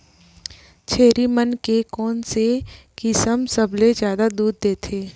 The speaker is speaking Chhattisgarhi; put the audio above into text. छेरी मन के कोन से किसम सबले जादा दूध देथे?